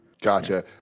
Gotcha